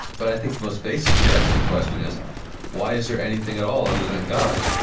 but i think the most basic theodicy question is why is there anything at all other than god?